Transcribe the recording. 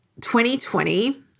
2020